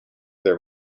their